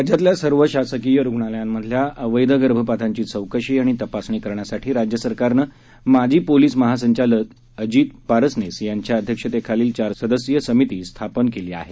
राज्यातल्या सर्व शासकीय रूग्णालयांतल्या अव गर्भपातांची चौकशी आणि तपासणी करण्यासाठी राज्य सरकारनं माजी पोलिस महासंचालक अजित पारसनीस यांच्या अध्यक्षतेखालील चार सदस्यीय समिती स्थापना केली आहे